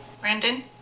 Brandon